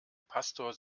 pastor